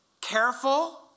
careful